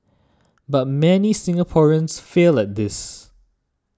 but many Singaporeans fail at this